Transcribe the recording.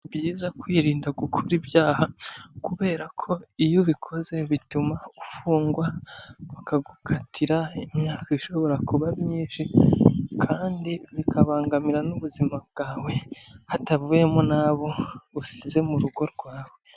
Ni byiza kwirinda gukora ibyaha, kubera ko iyo ubikoze bituma ufungwa, bakagukatira imyaka ishobora kuba myinshi, kandi bikabangamira n'ubuzima bwawe, hatavuyemo n'abo usize mu rugo rwawe.